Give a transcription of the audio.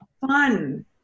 fun